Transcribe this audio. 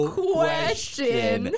question